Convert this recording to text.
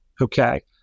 Okay